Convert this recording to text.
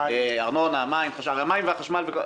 ארנונה, מים, חשמל.